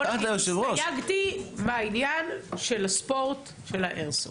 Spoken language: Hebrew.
בוא נגיד שהסתייגתי מהעניין של הספורט של האיירסופט.